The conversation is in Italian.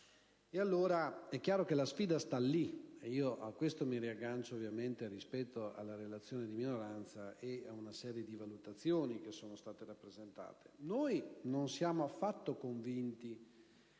ripresa. È chiaro che la sfida sta lì, e a questo mi riaggancio rispetto alla relazione di minoranza e a una serie di valutazioni che sono state rappresentate. Non siamo affatto convinti